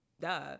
duh